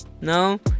No